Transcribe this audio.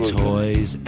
toys